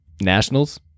nationals